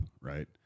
right